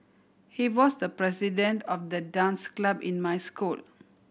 he was the president of the dance club in my school